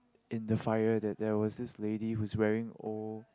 in the fire there that was this lady who is wearing old